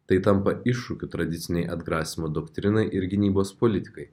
tai tampa iššūkiu tradicinei atgrasymo doktrinai ir gynybos politikai